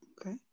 Okay